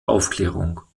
aufklärung